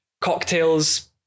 cocktails